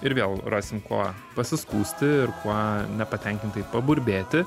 ir vėl rasim kuo pasiskųsti ir kuo nepatenkintai paburbėti